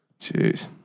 Jeez